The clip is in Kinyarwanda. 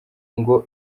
ngo